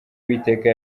uwiteka